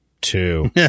Two